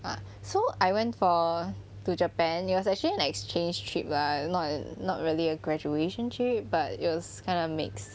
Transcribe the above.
ah so I went for to japan it was actually an exchange trip lah not not really a graduation trip but it was kind of mixed